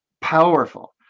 powerful